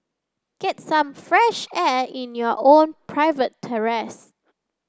get some fresh air in your own private terrace